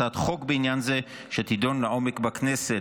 הצעת חוק בעניין זה שתידון לעומק בכנסת.